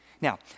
now